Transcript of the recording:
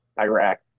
Iraq